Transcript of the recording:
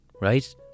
right